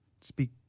speak